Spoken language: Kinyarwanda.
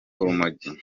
urumogi